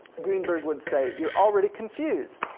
greenberg would say, you're already confused.